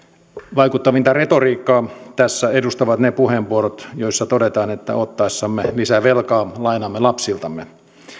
vaikuttavinta retoriikkaa tässä edustavat ne puheenvuorot joissa todetaan että ottaessamme lisää velkaa lainaamme lapsiltamme